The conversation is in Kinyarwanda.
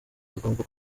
tugomba